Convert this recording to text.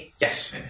Yes